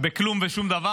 בכלום ושום דבר,